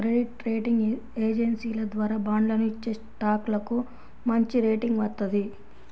credit rating ఏజెన్సీల ద్వారా బాండ్లను ఇచ్చేస్టాక్లకు మంచిరేటింగ్ వత్తది